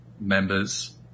members